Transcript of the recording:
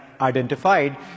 identified